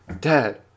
Dad